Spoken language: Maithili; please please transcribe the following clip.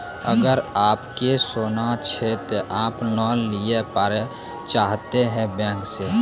अगर आप के सोना छै ते आप लोन लिए पारे चाहते हैं बैंक से?